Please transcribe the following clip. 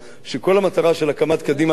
שכל המטרה של הקמת קדימה אז,